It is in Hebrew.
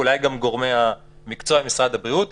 ואולי גם גורמי המקצוע ממשרד הבריאות.